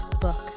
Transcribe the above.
book